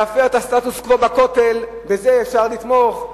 להפר את הסטטוס-קוו בכותל, בזה אפשר לתמוך?